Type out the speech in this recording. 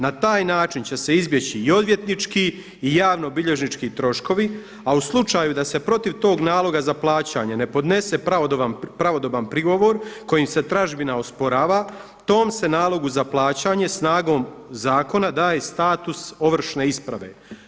Na taj način će se izbjeći i odvjetnički i javnobilježnički troškovi, a u slučaju da se protiv tog naloga za plaćanje ne podnese pravodoban prigovor kojim se tražbina osporava tom se nalogu za plaćanje snagom zakona daje i status ovršne isprave.